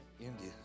India